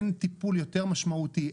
אין טיפול יותר משמעותי,